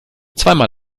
zweimal